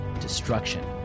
destruction